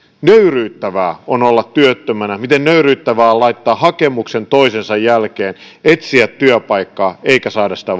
nöyryyttävää on olla työttömänä miten nöyryyttävää on laittaa hakemus toisensa jälkeen etsiä työpaikkaa eikä saada sitä